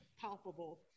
palpable